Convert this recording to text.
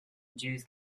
jews